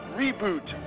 reboot